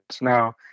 Now